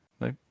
No